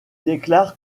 déclare